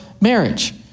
marriage